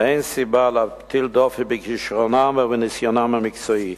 ואין סיבה להטיל דופי בכשרונם ובניסיונם המקצועי,